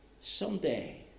someday